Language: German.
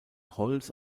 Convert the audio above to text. holz